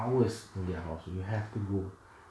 hours in their house you have to go